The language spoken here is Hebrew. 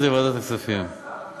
העברנו לכם את ההחלטה, אתם,